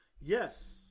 Yes